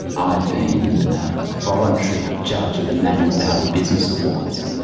i'd been a voluntary judge of the manning valley business awards,